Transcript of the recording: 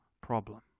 problem